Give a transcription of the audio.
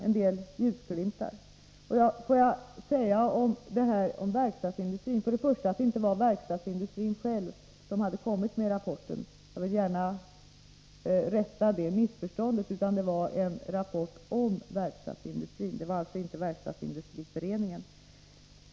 Jag vill emellertid rätta missförstånd. Rapporten om verkstadsindustrin hade inte gjorts av verkstadsindustrin själv. Rapporten gällde verkstadsindustrin, men den hade inte avgivits av Verkstadsföreningen.